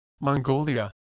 Mongolia